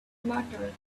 muttered